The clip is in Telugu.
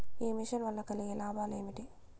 ఈ మిషన్ వల్ల కలిగే లాభాలు ఏమిటి?